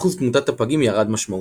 אחוז תמותת הפגים ירד משמעותית.